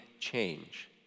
change